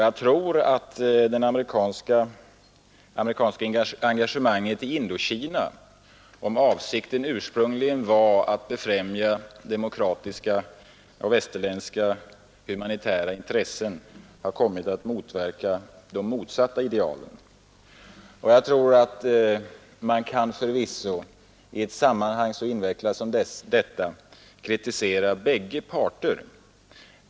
Jag tror att det amerikanska engagemanget i Indokina — om avsikten ursprungligen var att befrämja demokratiska och västerländska humanitära intressen — har kommit att verka för de motsatta idealen. I ett sammanhang så invecklat som detta kan man förvisso kritisera bägge parter.